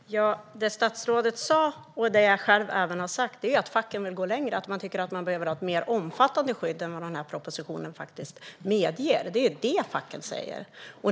Herr talman! Det statsrådet sa och jag även själv har sagt är att facken vill gå längre: att man tycker att man behöver ha ett mer omfattande skydd än vad propositionen faktiskt medger. Det är detta facket säger.